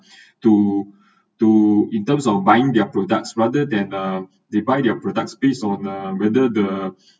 to to in terms of buying their products rather than uh they buy their products based on uh whether the